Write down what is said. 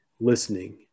listening